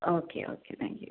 okay okay thank you